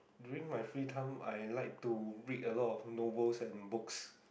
during my free times I like to read a lot of novels and books